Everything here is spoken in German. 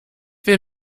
will